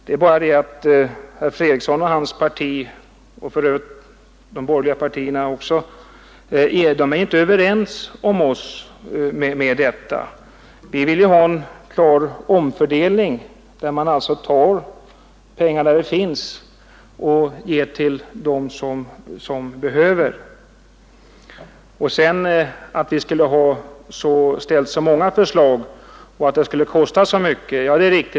Det är bara det att herr Fredriksson och hans parti — och för övrigt också de borgerliga partierna — inte är ense med oss om det. Vi vill ha en klar omfördelning, så att man tar pengar där de finns och ger till dem som behöver. Vidare sade herr Fredriksson att vi hade ställt många förslag, som skulle kosta oerhört mycket att genomföra.